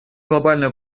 глобальную